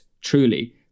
Truly